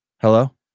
Hello